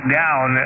down